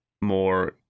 more